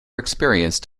experienced